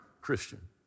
Christian